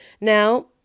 Now